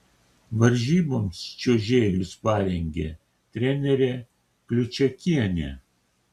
varžyboms čiuožėjus parengė trenerė kliučakienė